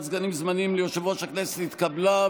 סגנים זמניים ליושב-ראש הכנסת התקבלה,